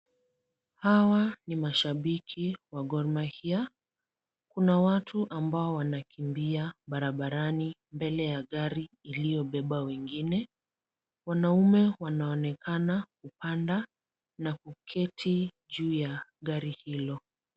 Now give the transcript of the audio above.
Hawa ni mashabiki wa Gor Mahia. Kuna watu ambao wanakimbia barabarani mbele ya gari iliyobeba wengine. Wanaume wanaonekana kupanda na kuketi juu ya gari hilo.